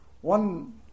One